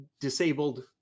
disabled